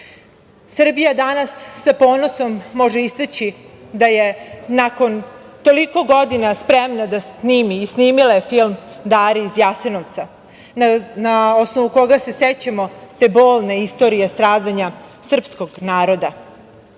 Srbija danas sa ponosom može istaći da je nakon toliko godina spremna da snimi i snimila je film „Dara iz Jasenovca“, na osnovu koga se sećamo te bolne istorije stradanja srpskog naroda.